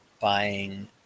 buying